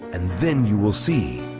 and then you will see?